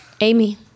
Amy